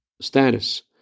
status